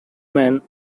men